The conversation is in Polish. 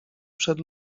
przed